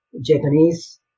Japanese